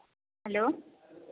hello